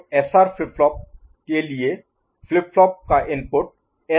तो SR flip flop के लिए फ्लिप फ्लॉप का इनपुट एस और आर है